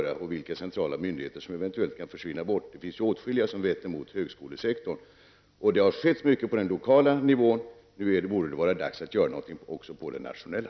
Då visar det sig vilka centrala myndigheter som eventuellt kan försvinna. Det finns åtskilliga som ''vetter'' mot högskolesektorn. Det har skett mycket på den lokala nivån -- nu borde det vara dags att göra någonting på den nationella.